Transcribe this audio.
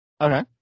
Okay